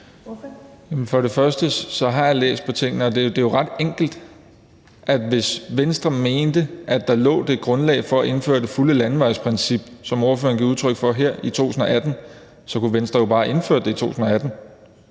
sige, at jeg har læst på tingene. Det er jo ret enkelt: Hvis Venstre mente, at der i 2018 lå det grundlag for at indføre det fulde landevejsprincip, som ordføreren giver udtryk for her, kunne Venstre jo bare have indført det i 2018.